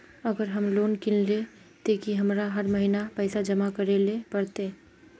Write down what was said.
अगर हम लोन किनले ते की हमरा हर महीना पैसा जमा करे ले पड़ते?